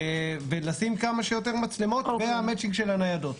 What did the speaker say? ולשים כמה שיותר מצלמות, והמטצ'ינג של הניידות.